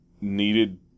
needed